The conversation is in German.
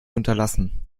unterlassen